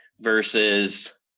Versus